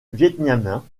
vietnamiens